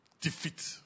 defeat